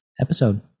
episode